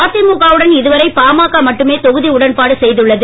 அதிமுக உடன் இதுவரை பாமக மட்டுமே தொகுதி உடன்பாடு செய்துள்ளது